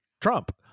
Trump